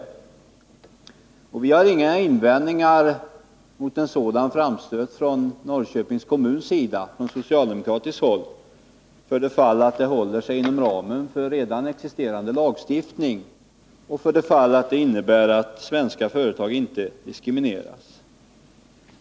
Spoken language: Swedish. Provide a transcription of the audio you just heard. Vi har från socialdemokratiskt håll inga invändningar mot en sådan framstöt från Norrköpings kommun, om den håller sig inom ramen för existerande lagar Nr 53 och om svenska företag inte diskrimineras.